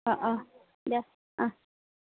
অঁ অঁ দিয়ক অঁ